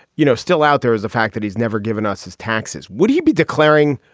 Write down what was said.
you know, still out there is the fact that he's never given us his taxes. would he be declaring?